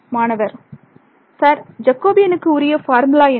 மாணவர் சார் ஜெகோபியனுக்கு உரிய ஃபார்முலா என்ன